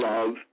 Love